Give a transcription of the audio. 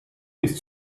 bis